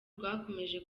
rwakomeje